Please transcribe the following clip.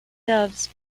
doves